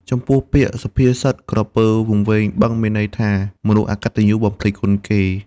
ចំពោះពាក្យ សុភាសិត ក្រពើវង្វេងបឹងមានន័យថា មនុស្សអកត្តញ្ញូបំភ្លេចគុណគេ ។